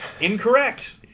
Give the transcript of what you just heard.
incorrect